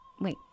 Wait